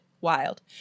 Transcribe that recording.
Wild